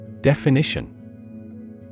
Definition